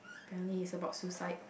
finally is about suicide